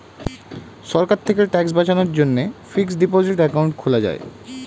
সরকার থেকে ট্যাক্স বাঁচানোর জন্যে ফিক্সড ডিপোসিট অ্যাকাউন্ট খোলা যায়